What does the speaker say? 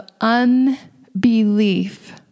unbelief